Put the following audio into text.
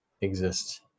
exist